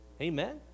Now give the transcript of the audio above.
Amen